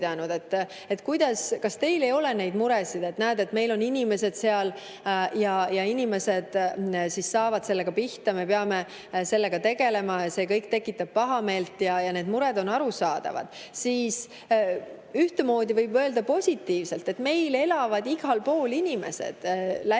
kas teil ei ole neid muresid, et näete, meil on seal inimesed ja nad saavad sellega pihta, me peame sellega tegelema ja see kõik tekitab pahameelt. Need mured on arusaadavad. Ühelt poolt võib mõelda positiivselt: meil elavad igal pool inimesed.